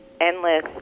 endless